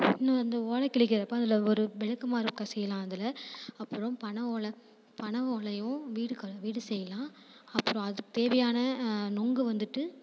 இன்னொன்று அந்த ஓலை கிழிக்கிறப்போ அதில் ஒரு விளக்கமாறு கசியிலாம் அதில் அப்புறம் பனை ஓலை பனை ஓலையும் வீடுகள் வீடு செய்யலாம் அப்புறம் அதுக்கு தேவையான நொங்கு வந்துட்டு